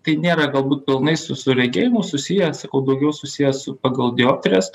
tai nėra galbūt pilnai su su regėjimu susiję sakau daugiau susiję su pagal dioptrijas